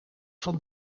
van